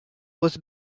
was